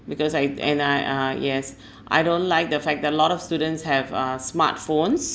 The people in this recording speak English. because I and I ah yes I don't like the fact that lot of students have uh smartphones